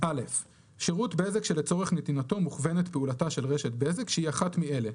שירות בזק שלצורך נתינתו מוכוונת פעולתה של רשת בזק שהיא אחת מאלה: